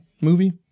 movie